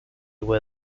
were